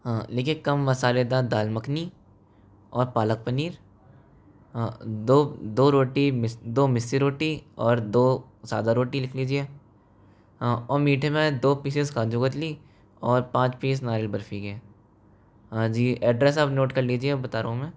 लिखिए कम मसालेदार दाल मखनी और पालक पनीर दो दो रोटी मिस्सी दो रोटी और दो सादा रोटी लिख लीजिए और मीठे में दो पीसेस काजू कतली और पाँच पीस नारियल बर्फ़ी के हाँ जी एड्रेस आप नोट कर लीजिए बता रहा हूँ मैं